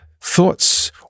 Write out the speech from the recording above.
thoughts